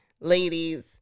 ladies